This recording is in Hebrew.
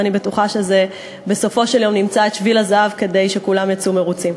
ואני בטוחה שבסופו של יום נמצא את שביל הזהב כדי שכולם יצאו מרוצים.